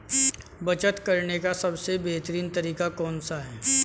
बचत करने का सबसे बेहतरीन तरीका कौन सा है?